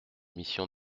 mission